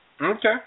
Okay